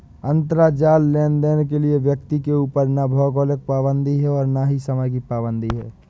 अंतराजाल लेनदेन के लिए व्यक्ति के ऊपर ना भौगोलिक पाबंदी है और ना ही समय की पाबंदी है